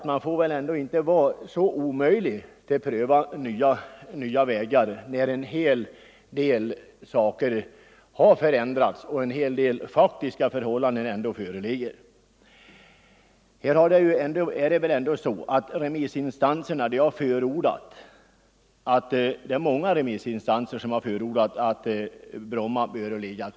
Man får väl ändå inte vara så ovillig att pröva nya vägar som kommunikationsministern är, när nu en hel del faktiska omständigheter har förändrats. Många remissinstanser har också förordat att man på nytt prövar möjligheterna att behålla Bromma.